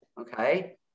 Okay